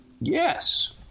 Yes